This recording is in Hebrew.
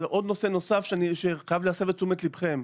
עוד נושא נוסף שאני חייב להסב את תשומת ליבכם,